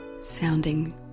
Sounding